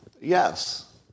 yes